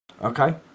Okay